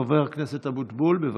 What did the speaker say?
חבר הכנסת אבוטבול, בבקשה.